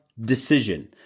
decision